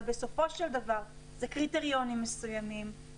אבל בסופו של דבר זה קריטריונים מסוימים,